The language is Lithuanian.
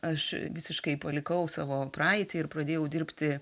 aš visiškai palikau savo praeitį ir pradėjau dirbti